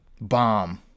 bomb